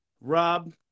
Rob